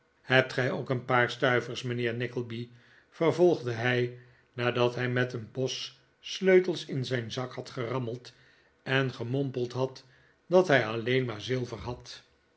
hebt gij ook een paar stuivers mijnheer nickleby vervolgde hij nadat hij met een bos sleutels in zijn zak had gerammeld en gemompeld had dat hij alleen maar zilver had